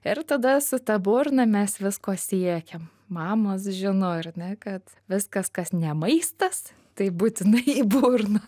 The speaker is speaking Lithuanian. ir tada su ta burna mes visko siekiam mamos žino ar ne kad viskas kas ne maistas tai būtinai į burną